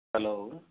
hello